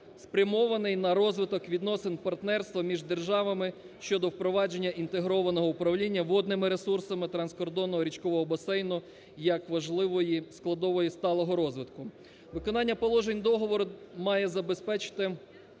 спрямований на розвиток відносин партнерства між державами щодо впровадження інтегрованого управління водними ресурсами транскордонного річкового басейну як важливої складової сталого розвитку. Виконання положень договору має забезпечити